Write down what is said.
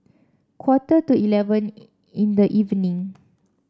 quarter to eleven in the evening